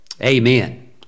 amen